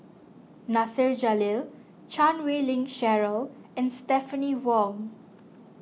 Nasir Jalil Chan Wei Ling Cheryl and Stephanie Wong